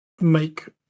make